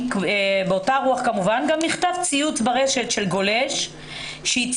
באותה רוח כמובן גם נכתב ציוץ ברשת של גולש שהצהיר